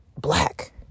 black